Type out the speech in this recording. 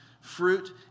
fruit